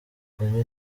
kunywa